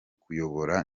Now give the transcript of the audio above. kuyobora